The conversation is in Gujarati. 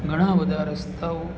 ઘણાબધા રસ્તાઓ